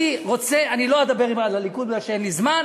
אני לא אדבר על הליכוד מפני שאין לי זמן,